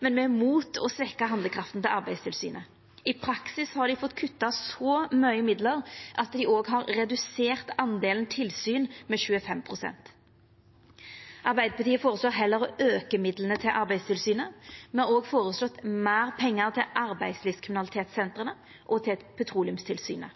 men me er imot å svekkja handlekrafta til Arbeidstilsynet. I praksis har dei fått kutta så mykje midlar at dei òg har redusert talet på tilsyn med 25 pst. Arbeidarpartiet føreslår heller å auka midlane til Arbeidstilsynet. Me har òg føreslått meir pengar til arbeidslivskriminalitetssentrene og til